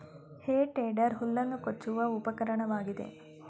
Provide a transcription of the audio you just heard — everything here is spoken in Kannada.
ಹೇ ಟೇಡರ್ ಹುಲ್ಲನ್ನು ಕೊಚ್ಚುವ ಉಪಕರಣವಾಗಿದೆ